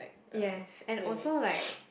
yes and also like